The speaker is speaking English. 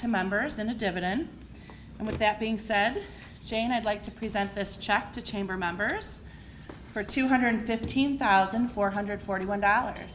and with that being said jane i'd like to present this check to chamber members for two hundred fifteen thousand four hundred forty one dollar